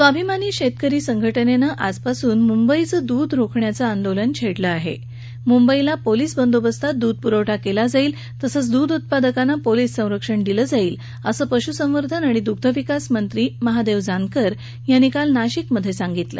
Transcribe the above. स्वाभिमानी शक्किरी संघटनत्तीआजपासून मुंबईचं दूध रोखण्याचञिंदोलन छडिलं आह मुंबईला पोलीस बंदोबस्तात दूध प्रवठा क्ला जाईल तसंच दूध उत्पादकांना पोलीस संरक्षण दिलजाईल असं पश् संवर्धन आणि दुग्धविकास मंत्री महादक् जानकर यांनी काल नाशिक मध्य झांगितलं